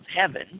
heaven